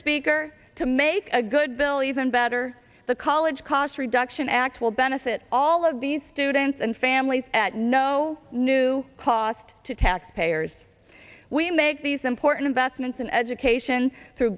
speaker to make a good bill even better the college cost reduction act will benefit all of these students and families at no new cost to taxpayers we make these important investments in education through